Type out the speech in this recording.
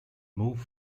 move